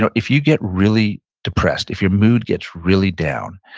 and if you get really depressed, if your mood gets really down,